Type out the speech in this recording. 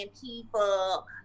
people